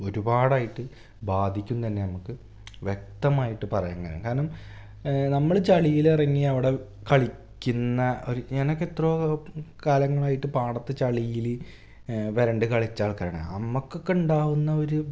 ഒരുപാടായിട്ട് ബാധിക്കുന്നെന്നെ നമുക്ക് വ്യക്തമായിട്ട് പറയാം കാരണം നമ്മള് ചളിയില് ഇറങ്ങി അവിടെ കളിക്കുന്ന ഞാനൊക്കെ എത്രയോ കാലങ്ങളായിട്ട് പാടത്തു ചളിയില് വെരണ്ട് കളിച്ച ആൾക്കാരാണ് മ്മക്കൊക്ക ഉണ്ടാകുന്ന ഒരു